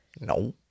No